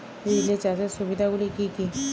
Relay চাষের সুবিধা গুলি কি কি?